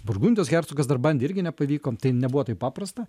burgundijos hercogas dar bandė irgi nepavyko tai nebuvo taip paprasta